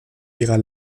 ihrer